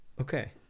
Okay